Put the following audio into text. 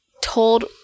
Told